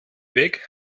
weg